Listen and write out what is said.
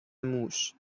موش